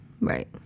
Right